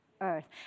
earth